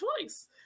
choice